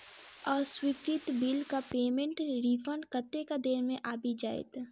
अस्वीकृत बिलक पेमेन्टक रिफन्ड कतेक देर मे आबि जाइत?